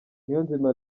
niyonzima